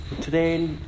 Today